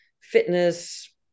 fitness